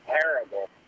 terrible